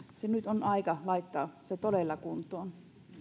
se nyt on todella aika laittaa kuntoon